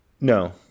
No